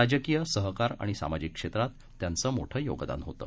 राजकीय सहकार आणि सामाजिक क्षेत्रात त्यांचं मोठं योगदान होतं